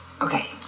Okay